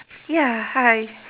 ya hi